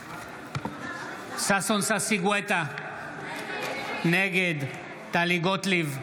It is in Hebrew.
ששון ששי גואטה, נגד טלי גוטליב,